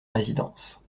résidences